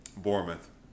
Bournemouth